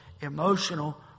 emotional